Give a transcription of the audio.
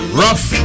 rough